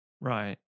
Right